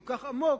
כל כך עמוק,